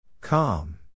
Calm